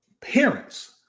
parents